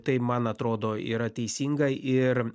tai man atrodo yra teisinga ir